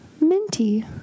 minty